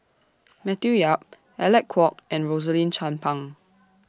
Matthew Yap Alec Kuok and Rosaline Chan Pang